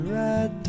red